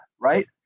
Right